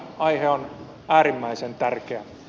aihe on äärimmäisen tärkeä